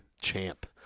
champ